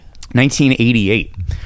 1988